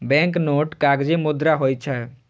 banknote कागजी मुद्रा होइ छै